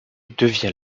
devient